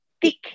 thick